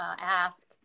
ask